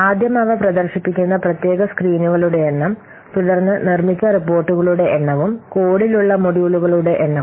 ആദ്യം അവ പ്രദർശിപ്പിക്കുന്ന പ്രത്യേക സ്ക്രീനുകളുടെ എണ്ണം തുടർന്ന് നിർമ്മിച്ച റിപ്പോർട്ടുകളുടെ എണ്ണവും കോഡിലുള്ള മൊഡ്യൂളുകളുടെ എണ്ണവും